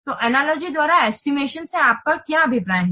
तो अनलॉजी द्वारा एस्टिमेशनसे आपका क्या अभिप्राय है